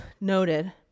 noted